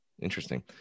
Interesting